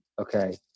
Okay